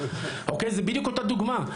זאת בדיוק אותה דוגמה.